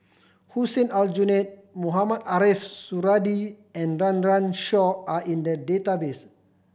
Hussein Aljunied Mohamed Ariff Suradi and Run Run Shaw are in the database